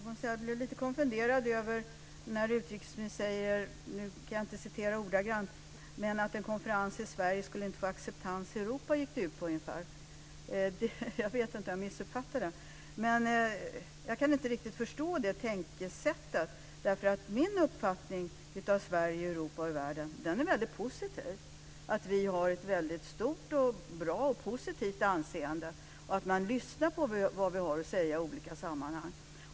Fru talman! Jag blev lite konfunderad över att utrikesministern talade om att en konferens i Sverige inte skulle få acceptans i Europa. Jag vet inte om jag missuppfattade detta. Men jag kan inte riktigt förstå det tänkesättet, därför att min uppfattning av Sverige i Europa och i världen är väldigt positiv, att vi har ett väldigt stort, bra och positivt anseende och att man lyssnar på vad vi har att säga i olika sammanhang.